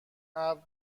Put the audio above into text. ابر